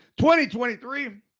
2023